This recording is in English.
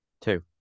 Two